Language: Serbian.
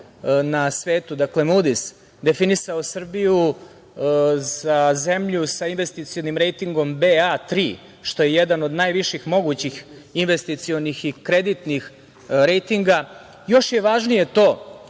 na svetu, dakle „Mudis“, definisao Srbiju kao zemlju sa investicionim rejtingom Ba3, što je jedan od najviših mogućih investicionih i kreditnih rejtinga, još je važnije to